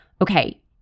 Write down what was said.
okay